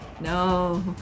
No